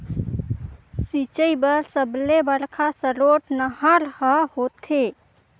सिंचई बर सबले बड़का सरोत नहर ह होथे